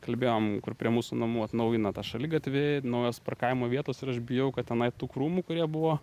kalbėjom kur prie mūsų namų atnaujina tą šaligatvį naujos parkavimo vietos ir aš bijau kad tenai tų krūmų kurie buvo